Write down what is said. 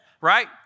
right